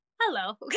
Hello